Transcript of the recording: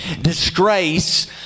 disgrace